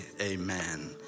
amen